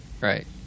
Right